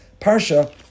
parsha